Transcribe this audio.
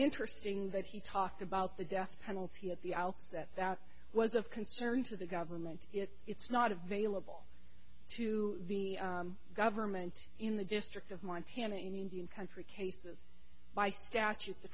interesting that he talked about the death penalty at the outset that was of concern to the government if it's not available to the government in the district of montana in indian country cases by statute